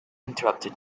interrupted